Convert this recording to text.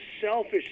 selfish